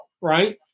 Right